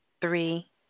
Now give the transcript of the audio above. three